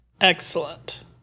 Excellent